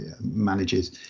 manages